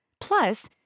Plus